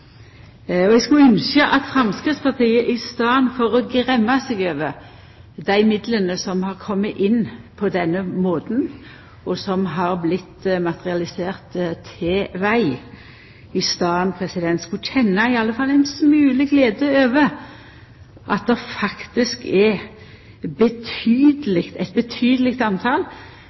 samanhengen. Eg skulle ynskja at Framstegspartiet i staden for å gremja seg over dei midlane som har kome inn på denne måten, og som har vorte materialiserte i veg, kunne kjenna i alle fall ein smule glede over at det faktisk er eit betydeleg